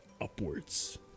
upwards